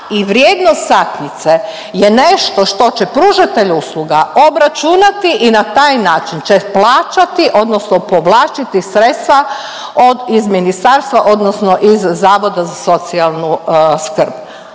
i vrijednost satnice je nešto što će pružatelju usluga obračunati i na taj način će plaćati, odnosno povlačiti sredstva iz ministarstva, odnosno iz Zavoda za socijalnu skrb.